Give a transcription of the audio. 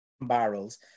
barrels